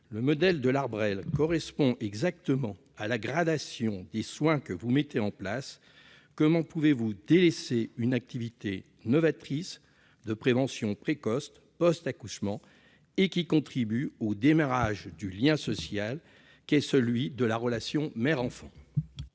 Le modèle de L'Arbresle correspond exactement à la gradation des soins que vous mettez en place. Comment pouvez-vous délaisser une activité novatrice de prévention précoce post-accouchement, qui contribue par ailleurs au démarrage du lien social, celui de la relation mère-enfant ?